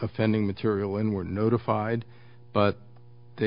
offending material in were notified but they